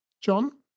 John